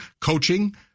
coaching